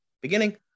beginning